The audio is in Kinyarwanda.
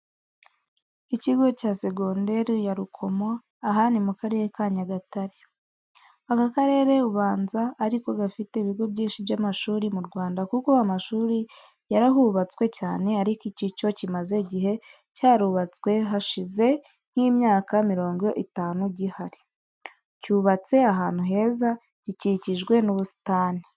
Ikigo cya segonderi yarukomo aha nimukarere kanyagatare. aka karere ubanza ariko gafite ibigo byinshi byamashuri murwanda kuko amashuri yarahubatswe cyane ariko iki cyo kimaze igihe cyarubatswe hasjlhize nkimyaka mirongo itanu gihari. cyubatse ahantu heza gikikijwe n,ubusitani.